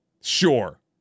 Sure